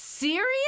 Serious